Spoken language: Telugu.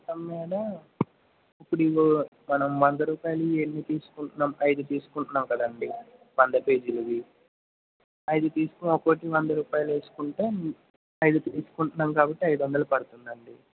మొత్తం మీద ఇప్పుడు ఈ మనం వంద రూపాయలవి ఎన్ని తీసుకుంటున్నాము ఐదు తీసుకుంటున్నాము కదండీ వంద పేజీలవి ఐదు తీసుకుని ఒక్కోటి వంద రూపాయలు వేసుకుంటే ఐదు తీసుకుంటున్నాము కాబట్టి ఐదు వందలు పడుతుందండీ